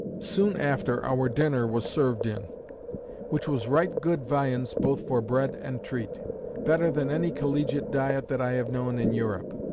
soon after our dinner was served in which was right good viands, both for bread and treat better than any collegiate diet, that i have known in europe.